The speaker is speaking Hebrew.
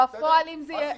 אסי,